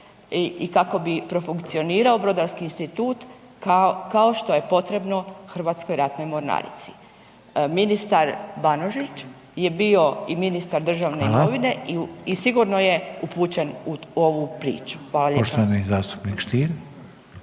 i kako bi profunkcionirao Brodarski institut kao što je potrebno Hrvatskoj ratnoj mornarici. Ministar Banožić je bio i ministar državne imovine i sigurno je upućen u ovu priču. Hvala lijepo.